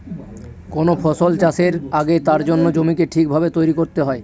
কোন ফসল চাষের আগে তার জন্য জমিকে ঠিক ভাবে তৈরী করতে হয়